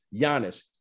Giannis